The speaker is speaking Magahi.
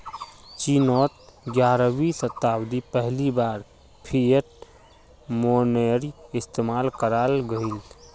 चिनोत ग्यारहवीं शाताब्दित पहली बार फ़िएट मोनेय्र इस्तेमाल कराल गहिल